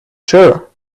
sure